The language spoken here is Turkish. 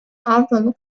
avroluk